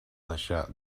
deixar